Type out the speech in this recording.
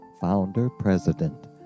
founder-president